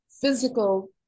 physical